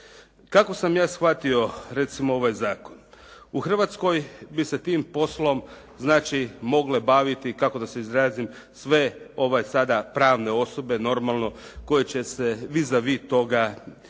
Kako sam ja shvatio recimo ovaj zakon? U Hrvatskoj bi se tim poslom znači mogle baviti kako da se izrazim, sve sada pravne osobe, normalno koje će se vis a vis toga